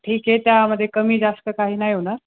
ठीक आहे त्यामध्ये कमी जास्त काही नाही होणार